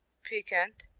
piquant,